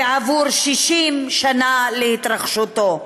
בעבור 60 שנה להתרחשותו.